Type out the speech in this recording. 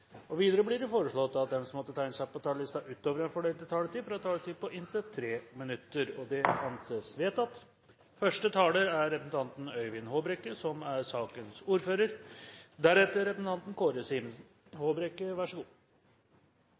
Videre blir det foreslått at de som måtte tegne seg på talerlisten utover den fordelte taletid, får en taletid på inntil 3 minutter. – Det anses vedtatt.